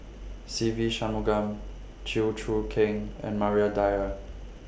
Se Ve Shanmugam Chew Choo Keng and Maria Dyer